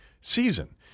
season